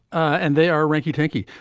and they are rinckey tinky.